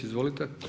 Izvolite.